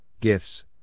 gifts